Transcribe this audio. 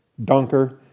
Donker